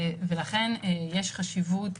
לכן יש חשיבות